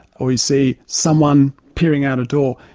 or you see someone peering out a door.